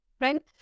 right